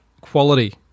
quality